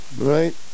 right